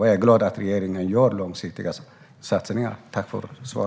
Jag är glad att regeringen gör långsiktiga satsningar.